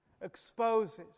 exposes